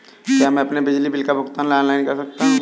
क्या मैं अपने बिजली बिल का भुगतान ऑनलाइन कर सकता हूँ?